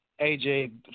AJ